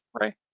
Right